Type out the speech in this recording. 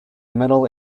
middle